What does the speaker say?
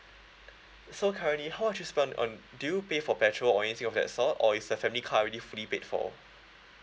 so currently how much you spend on do you pay for petrol or anything of that sort or is the family car already prepaid for